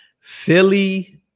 Philly